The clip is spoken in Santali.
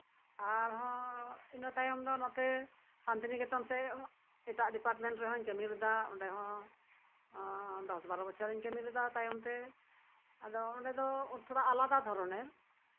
ᱟᱨᱦᱚᱸ ᱤᱱᱟᱹ ᱛᱟᱭᱚᱢ ᱫᱚ ᱥᱟᱱᱛᱤᱱᱤᱠᱮᱛᱚᱱ ᱥᱮᱜ ᱮᱴᱟᱜ ᱰᱤᱯᱟᱨᱴᱢᱮᱱᱴ ᱨᱮᱦᱚᱧ ᱠᱟᱹᱢᱤ ᱞᱮᱫᱟ ᱚᱱᱰᱮ ᱦᱚᱸ ᱫᱚᱥ ᱵᱟᱨ ᱵᱚᱪᱷᱚᱨ ᱤᱧ ᱠᱟᱹᱢᱤ ᱞᱮᱫᱟ ᱛᱟᱭᱚᱢᱛᱮ ᱟᱫᱚ ᱚᱱᱰᱮ ᱫᱚ ᱛᱷᱚᱲᱟ ᱟᱞᱟᱫᱟ ᱨᱚᱠᱚᱢᱮᱨ